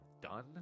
done